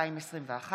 התשפ"א 2021,